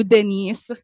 Denise